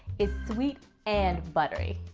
it's sweet and buttery.